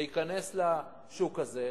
להיכנס לשוק הזה,